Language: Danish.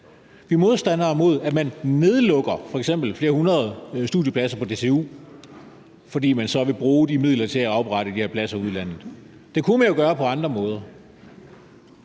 er modstandere af, at man f.eks. nedlukker flere hundrede studiepladser på DTU, fordi man så vil bruge de midler til at oprette de her pladser ude i landet. Det kunne man jo gøre på andre måder.